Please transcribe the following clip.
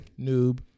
Noob